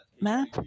map